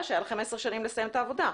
שהיה לכם עשר שנים לסיים את העבודה.